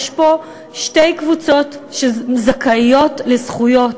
יש פה שתי קבוצות שזכאיות לזכויות,